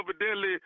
evidently